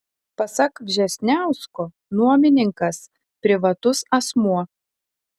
pasak vžesniausko nuomininkas privatus asmuo